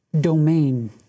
domain